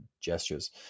gestures